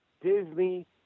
Disney